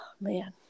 man